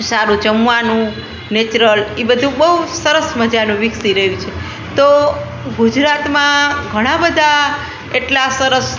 સારુંં જમવાનું નેચરલ એ બધું બહુ સરસ મજાનું વિકસી રહ્યું છે તો ગુજરાતમાં ઘણાબધા એટલા સરસ